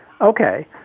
Okay